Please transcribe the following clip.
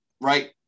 right